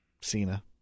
Cena